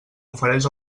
ofereix